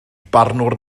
barnwr